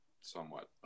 somewhat